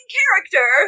character